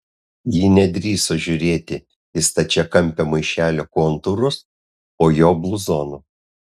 ji nedrįso žiūrėti į stačiakampio maišelio kontūrus po jo bluzonu